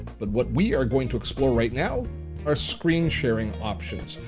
but what we are going to explore right now are screen-sharing options,